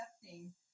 accepting